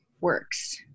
works